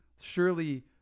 surely